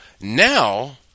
now